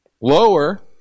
lower